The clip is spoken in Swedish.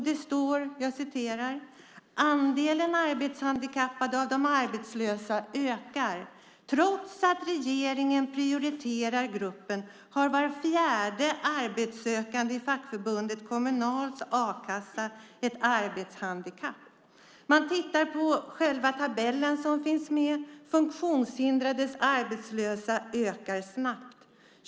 Det står: "Andelen arbetshandikappade av de arbetslösa ökar. Trots att regeringen prioriterar gruppen har var fjärde arbetssökande i fackförbundet Kommunals a-kassa ett arbetshandikapp." Tittar man på tabellen som finns med står det: "Funktionshindrade arbetslösa ökar snabbt".